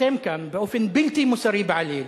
אתם כאן, באופן בלתי מוסרי בעליל,